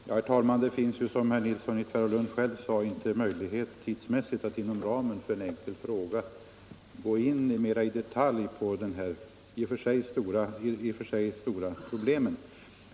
Herr talman! Det finns, som herr Nilsson i Tvärålund själv sade, inte tidsmässig möjlighet att inom ramen för en enkel fråga gå in mer i detalj på detta i och för sig stora problem.